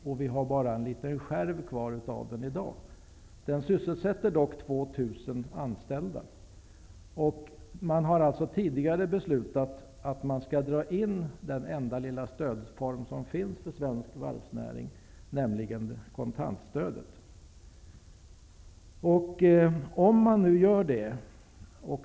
Av den finns bara en liten skärva kvar i dag, men den sysselsätter ändå 2 000 Man har tidigare beslutat att dra in den enda lilla stödform som finns för svensk varvsnäring, nämligen kontantstödet.